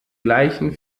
gleichen